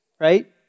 right